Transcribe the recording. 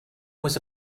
was